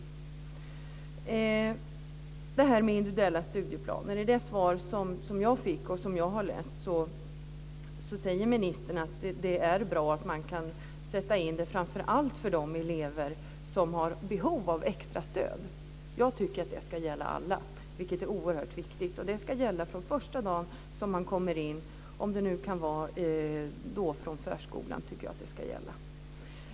I det svar som jag fick på frågan om individuella studieplaner och som jag har läst säger ministern att det är bra att man kan sätta in sådana framför allt för de elever som har behov av extra stöd. Jag tycker att det ska gälla alla, vilket är oerhört viktigt. Det ska gälla från första dagen man kommer till förskolan.